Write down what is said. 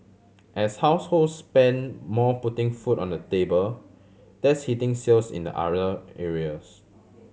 as households spend more putting food on the table that's hitting sales in the other areas